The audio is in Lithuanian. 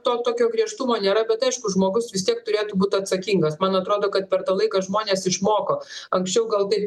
to tokio griežtumo nėra bet aišku žmogus vis tiek turėtų būti atsakingas man atrodo kad per tą laiką žmonės išmoko anksčiau gal taip